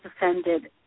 offended